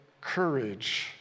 courage